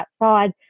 outside